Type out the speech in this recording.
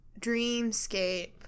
dreamscape